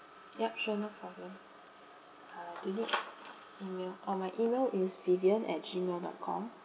yup sure no problem uh do you need email oh my email is vivian at gmail dot com